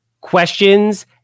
questions